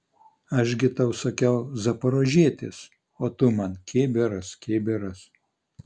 aš gi tau sakiau zaporožietis o tu man kibiras kibiras